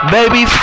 Baby